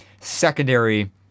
secondary